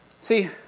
See